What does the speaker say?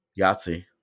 Yahtzee